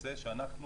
בנושא שאנחנו